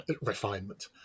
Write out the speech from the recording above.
refinement